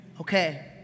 Okay